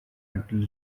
until